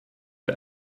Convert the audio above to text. der